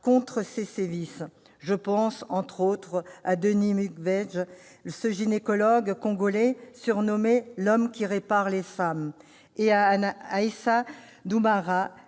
contre ces sévices. Je pense, entre autres, à Denis Mukwege, ce gynécologue congolais surnommé « l'homme qui répare les femmes » et à Aïssa Doumara